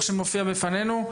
לפי הדו"ח שמופיע בפנינו.